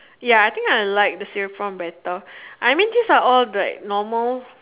ya I think I like the cereal prawn better I mean these are all like normal